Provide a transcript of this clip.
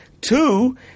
Two